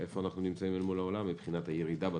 איפה אנחנו נמצאים לעומת העולם מבחינת הירידה בתוצר?